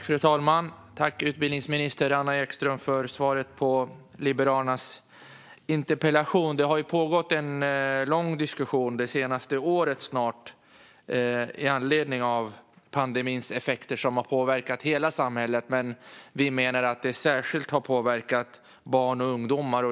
Fru talman! Jag tackar utbildningsminister Anna Ekström för svaret på min och Liberalernas interpellation. Det har under snart ett år pågått en diskussion om pandemins effekter. Pandemin har påverkat hela samhället, men vi menar att den särskilt har påverkat barn och ungdomar.